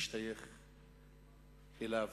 להשתייך אליו.